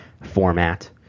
format